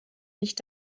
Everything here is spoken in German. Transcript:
nicht